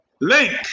Link